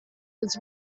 was